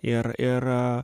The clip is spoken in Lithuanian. ir ir